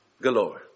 galore